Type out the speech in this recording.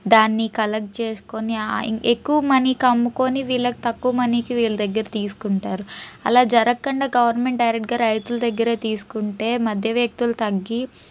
దాన్ని కలెక్ట్ చేసుకుని ఎ ఎక్కువ మనీకి అమ్ముకొని వీళ్ళకు తక్కువ మనీకి వీళ్ళ దగ్గర తీసుకుంటారు అలా జరుగకుండా గవర్నమెంట్ డైరెక్ట్గా రైతుల దగ్గరే తీసుకుంటే మధ్య వ్యక్తులు తగ్గి